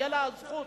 היתה הזכות,